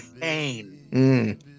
pain